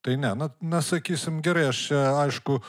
tai ne na na sakysim gerai aš aišku